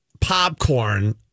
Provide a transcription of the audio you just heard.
popcorn